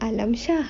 alam shah